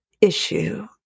issue